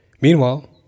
Meanwhile